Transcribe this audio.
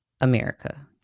America